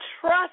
Trust